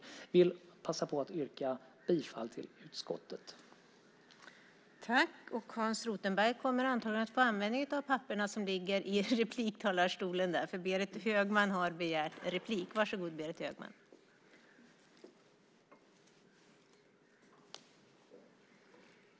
Jag vill passa på att yrka bifall till utskottets förslag.